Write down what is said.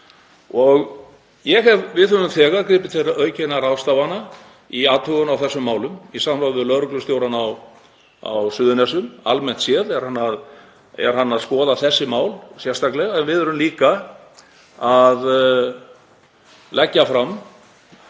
Við höfum þegar gripið til aukinna ráðstafana í athugun á þessum málum í samráði við lögreglustjórann á Suðurnesjum. Almennt séð er hann að skoða þessi mál sérstaklega, en við erum líka að leggja fram